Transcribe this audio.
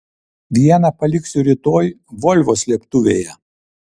vieną paliksiu rytoj volvo slėptuvėje